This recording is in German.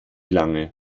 lange